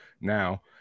now